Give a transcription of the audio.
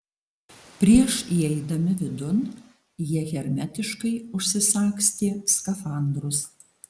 prieš įeidami vidun jie hermetiškai užsisagstė skafandrus